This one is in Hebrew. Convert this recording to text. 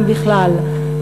אם בכלל.